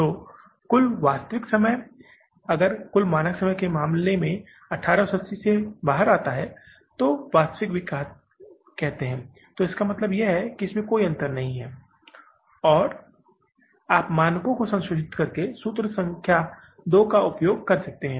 तो कुल वास्तविक समय अगर यह मानक के मामले में 1880 से बाहर आता है और वास्तविक भी कहता है तो इसका मतलब है कि कोई अंतर नहीं है और आप मानकों को संशोधित करके सूत्र संख्या दो का उपयोग कर सकते हैं